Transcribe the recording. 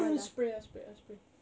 spray ah spray ah spray